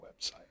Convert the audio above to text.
website